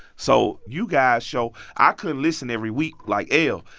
so you guys' show, i couldn't listen every week like el.